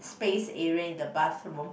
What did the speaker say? space area in the bathroom